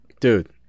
Dude